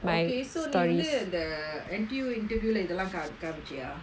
okay so நீ வந்து அந்த:nee vanthu antha N_T_U interview இதெல்லா காமிச்சையா:ithellaa kaamichaiyaa